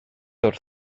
wrth